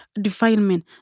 defilement